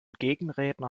gegenredner